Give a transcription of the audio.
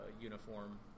uniform